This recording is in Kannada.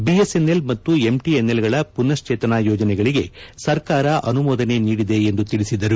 ಬಿಎಸ್ಎನ್ಎಲ್ ಮತ್ತು ಎಂಟಿಎನ್ಎಲ್ಗಳ ಪುನಶ್ಚೇತನಾ ಯೋಜನೆಗಳಿಗೆ ಸರ್ಕಾರ ಅನುಮೋದನೆ ನೀಡಿದೆ ಎಂದು ತಿಳಿಸಿದರು